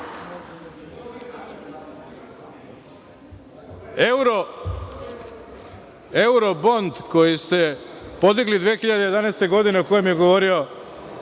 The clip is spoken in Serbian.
vi ste…)Eurobond koji ste podigli 2011. godine, o kojem je govorio